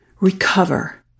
recover